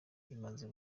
imaze